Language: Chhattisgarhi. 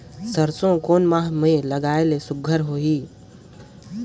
सरसो कोन माह मे लगाय ले सुघ्घर होही?